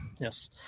Yes